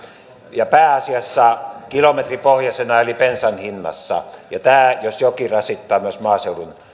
ja pääasiassa kilometripohjaisena eli bensan hinnassa ja tämä jos jokin rasittaa myös maaseudun